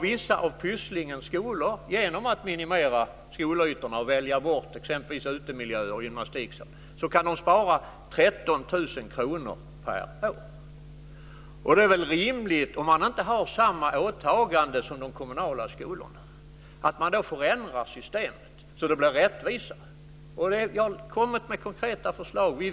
Vissa av Pysslingens skolor har genom att minimera skolytorna och välja bort exempelvis utemiljöer och gymnastiksal kunnat spara 13 000 kr per år. Om de inte har samma åtagande som de kommunala skolorna är det väl rimligt att man får ändra systemet så att det blir rättvisare. Jag har kommit med konkreta förslag.